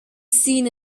seen